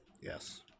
Yes